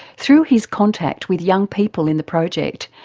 through his contact with young people in the project,